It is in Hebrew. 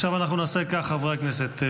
עכשיו אנחנו נעשה כך, חברי הכנסת.